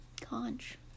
Conch